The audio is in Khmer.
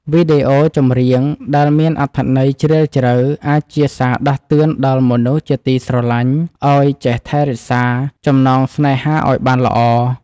វីដេអូចម្រៀងដែលមានអត្ថន័យជ្រាលជ្រៅអាចជាសារដាស់តឿនដល់មនុស្សជាទីស្រឡាញ់ឱ្យចេះថែរក្សាចំណងស្នេហាឱ្យបានល្អ។